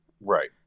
Right